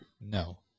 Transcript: No